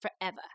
forever